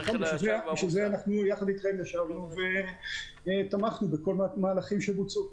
בשביל זה ישבנו יחד איתכם ותמכנו בכל המהלכים שבוצעו.